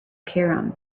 cairum